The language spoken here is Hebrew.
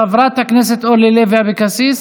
חברת הכנסת אורלי לוי אבקסיס.